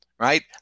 Right